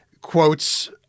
quotes